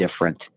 different